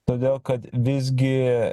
todėl kad visgi